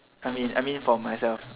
I mean I mean for myself